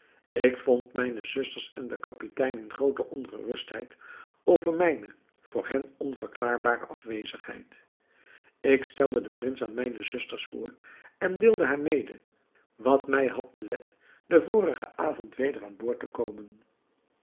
ik vond mijne zusters en den kapitein in groote ongerustheid over mijne voor hen onverklaarbare afwezigheid ik stelde den prins aan mijne zusters voor en deelde haar mede wat mij had belet den vorigen avond weder aan boord te komen